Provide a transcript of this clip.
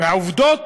והעובדות